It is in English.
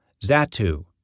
Zatu